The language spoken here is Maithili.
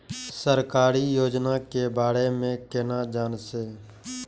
सरकारी योजना के बारे में केना जान से?